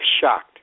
shocked